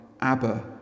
Abba